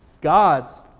God's